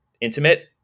intimate